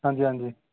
ਹਾਂਜੀ ਹਾਂਜੀ